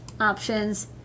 options